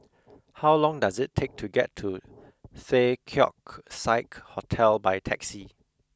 how long does it take to get to The Keong Saik Hotel by taxi